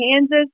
Kansas